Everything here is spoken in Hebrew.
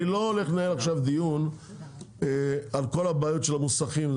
אני לא הולך לנהל עכשיו דיון על כל הבעיות של המוסכים.